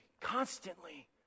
Constantly